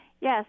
Yes